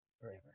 forever